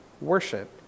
worship